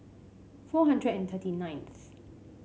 four hundred and thirty ninth